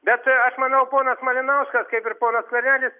bet aš manau ponas malinauskas kaip ir ponas skvernelis